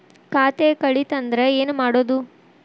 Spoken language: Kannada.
ಖಾತೆ ಕಳಿತ ಅಂದ್ರೆ ಏನು ಮಾಡೋದು?